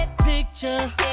picture